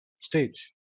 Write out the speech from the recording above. stage